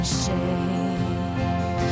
shame